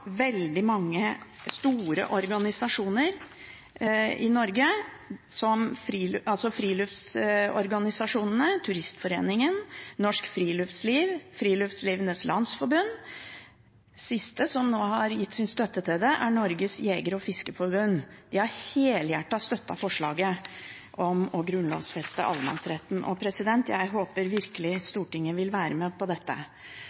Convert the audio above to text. veldig mange store friluftsorganisasjoner i Norge, som Den Norske Turistforening, Norsk Friluftsliv og Friluftsrådenes Landsforbund. Den siste som nå har gitt sin støtte til dette, er Norges Jeger- og Fiskerforbund, de har helhjertet støttet forslaget om å grunnlovfeste allemannsretten. Jeg håper virkelig Stortinget vil være med på dette.